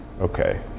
okay